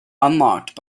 unlocked